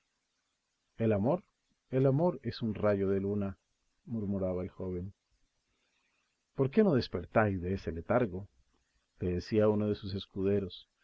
el amor el amor es un rayo de luna murmuraba el joven por qué no despertáis de ese letargo le decía uno de sus escuderos